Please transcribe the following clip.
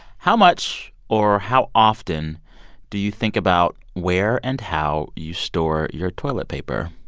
how much or how often do you think about where and how you store your toilet paper?